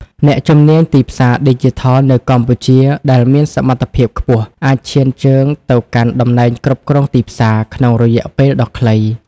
អ្នកជំនាញទីផ្សារឌីជីថលនៅកម្ពុជាដែលមានសមត្ថភាពខ្ពស់ អាចឈានជើងទៅកាន់តំណែងគ្រប់គ្រងទីផ្សារ ក្នុងរយៈពេលដ៏ខ្លី។